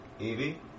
Evie